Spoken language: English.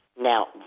Now